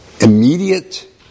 immediate